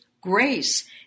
grace